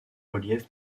reliefs